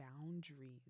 boundaries